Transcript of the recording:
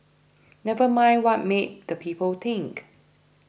never mind what meet the people think